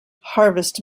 harvest